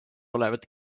olevad